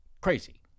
crazy